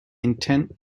intent